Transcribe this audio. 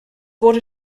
wurde